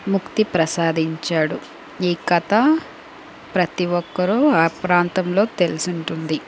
ముక్తి ప్రసాదించాడు ఈ కథ ప్రతి ఒక్కరూ ఆ ప్రాంతంలో తెలిసి ఉంటుంది